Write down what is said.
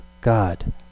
God